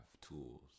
tools